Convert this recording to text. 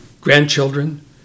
grandchildren